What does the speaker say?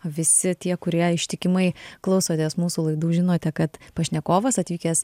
visi tie kurie ištikimai klausotės mūsų laidų žinote kad pašnekovas atvykęs